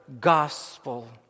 gospel